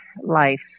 life